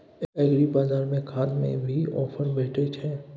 एग्रीबाजार में खाद में भी ऑफर भेटय छैय?